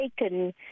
taken